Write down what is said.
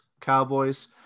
Cowboys